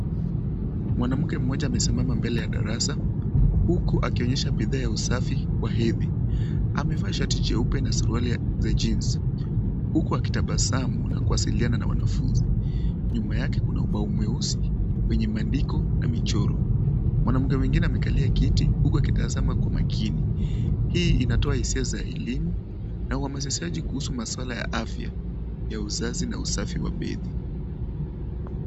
Mwanamke mmoja amesimama mbele ya darasa huku akionyesha bidhaa ya usafi wa hedhi. Amevaa shati jeupe na suruali za jeans huku akitabasamu na kuwasiliana na wanafunzi. Nyuma yake kuna ubao mweusi wenye maandiko na michoro. Mwanamke mwingine amekalia kiti huku akitazama kwa makini. Hii inatoa hisia za elimu na uhamasishaji kuhusu maswala ya afya ya uzazi na usafi wa hedhi.